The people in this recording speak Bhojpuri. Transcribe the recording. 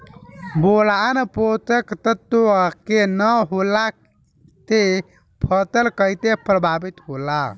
बोरान पोषक तत्व के न होला से फसल कइसे प्रभावित होला?